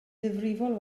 ddifrifol